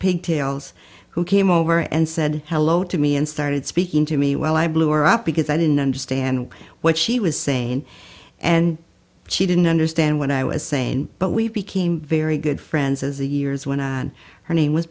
pigtails who came over and said hello to me and started speaking to me while i blew up because i didn't understand what she was saying and she didn't understand what i was saying but we became very good friends as the years went on her name was